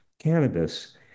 cannabis